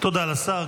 תודה לשר.